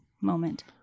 moment